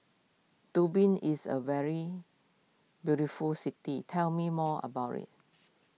Dublin is a very beautiful city tell me more about it